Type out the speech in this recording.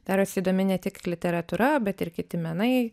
darosi įdomi ne tik literatūra bet ir kiti menai